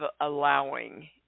allowing